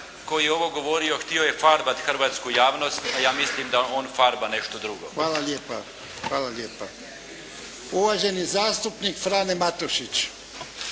koji je ovo govorio, htio je farbati hrvatsku javnost a ja mislim da on farba nešto drugo. **Jarnjak, Ivan (HDZ)** Hvala lijepa. Hvala lijepa. Uvaženi zastupnik Frane Matušić.